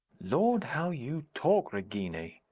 lord, how you talk, regina.